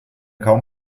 kaum